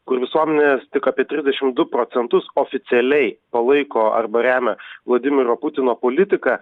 kur visuomenės tik apie trisdešimt du procentus oficialiai palaiko arba remia vladimiro putino politiką